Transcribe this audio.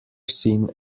seen